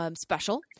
Special